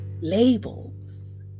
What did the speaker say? labels